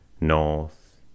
north